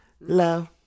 Love